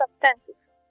substances